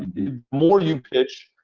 the more you pitch,